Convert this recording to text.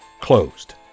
closed